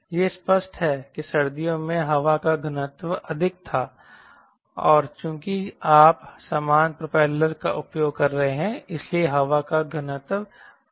यह स्पष्ट है कि सर्दियों में हवा का घनत्व अधिक था और चूंकि आप समान प्रोपेलर का उपयोग कर रहे हैं इसलिए हवा का घनत्व अधिक था